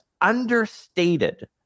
understated